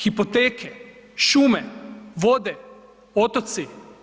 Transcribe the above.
Hipoteke, šume, vode, otoci.